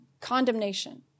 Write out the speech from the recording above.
Condemnation